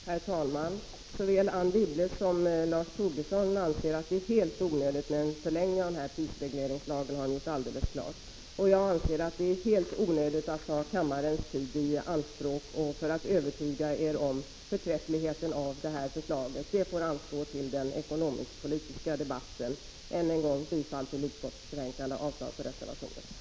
Herr talman! Såväl Anne Wibble som Lars Tobisson anser att det är helt onödigt med en förlängning av prisregleringslagen, och jag anser att det är helt onödigt att ta kammarens tid i anspråk för att övertyga dem om Prot. 1985/86:49 = förträffligheten i vad som föreslås i propositionen. Det får anstå till den 11 december 1985 = ekonomisk-politiska debatten.